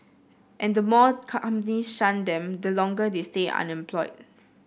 and the more companies shun them the longer they stay unemployed